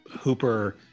Hooper